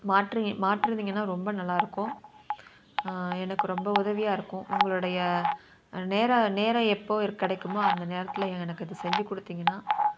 மாற்றி மாற்றினிங்கன்னா ரொம்ப நல்லாயிருக்கும் எனக்கு ரொம்ப உதவியாக இருக்கும் உங்களுடைய நேரம் நேரம் எப்போது கிடைக்குமோ அந்த நேரத்தில் எனக்கு இது செஞ்சு கொடுத்தீங்கன்னா